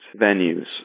venues